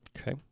Okay